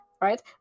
right